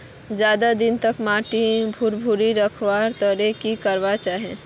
ज्यादा दिन तक माटी भुर्भुरा रखवार केते की करवा होचए?